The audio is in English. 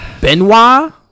benoit